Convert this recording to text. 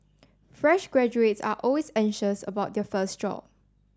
fresh graduates are always anxious about their first job